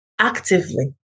actively